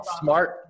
smart